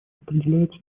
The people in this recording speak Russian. определяются